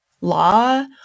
law